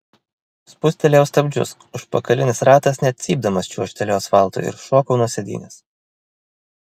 spustelėjau stabdžius užpakalinis ratas net cypdamas čiuožtelėjo asfaltu ir šokau nuo sėdynės